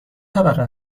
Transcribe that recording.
طبقه